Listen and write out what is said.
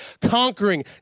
conquering